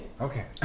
Okay